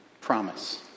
promise